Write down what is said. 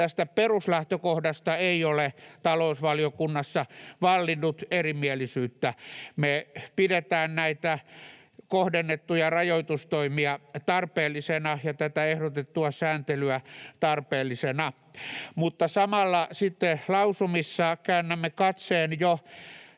että lausumiin, ei ole talousvaliokunnassa vallinnut erimielisyyttä. Me pidetään näitä kohdennettuja rajoitustoimia tarpeellisina ja tätä ehdotettua sääntelyä tarpeellisena. Samalla sitten lausumissa käännämme katseen,